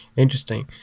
interesting.